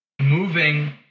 moving